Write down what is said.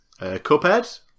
Cuphead